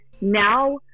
now